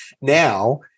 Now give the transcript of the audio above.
now